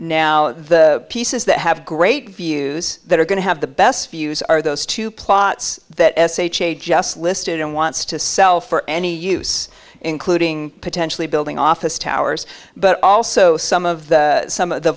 now the pieces that have great views that are going to have the best views are those two plots that sh a just listed and wants to sell for any use including potentially building office towers but also some of the some of the